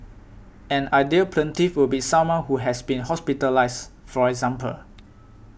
an ideal plaintiff would be someone who has been hospitalised for example